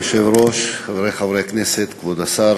אדוני היושב-ראש, חברי חברי הכנסת, כבוד השר,